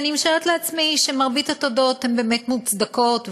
ואני משערת לעצמי שמרבית התודות הן באמת מוצדקות,